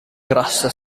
grassa